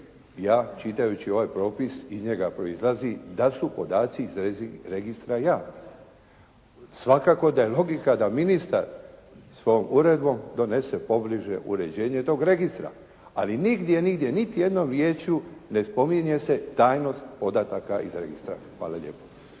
je čitajući ovaj propis iz njega proizlazi da su podaci iz registra javni. Svakako da je logika da ministar svojom uredbom donese pobliže uređenje tog registra. Ali nigdje niti jednom riječju ne spominje se tajnost podataka iz registra. Hvala lijepo.